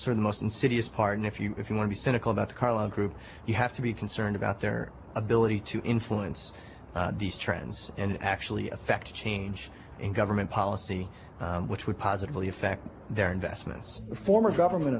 of most insidious pardon if you if you want to be cynical about the carlyle group you have to be concerned about their ability to influence these trends and actually affect change in government policy which would positively affect their investments former government